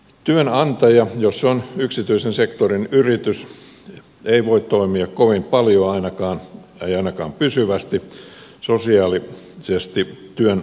työnantaja jos se on yksityisen sektorin yritys ei voi toimia kovin paljon ei ainakaan pysyvästi sosiaalisesti työnantajana